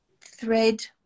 thread